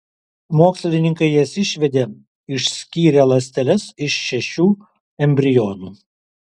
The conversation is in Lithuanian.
mokslininkai jas išvedė išskyrę ląsteles iš šešių embrionų